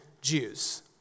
Jews